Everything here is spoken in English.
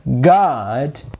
God